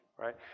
right